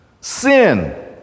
sin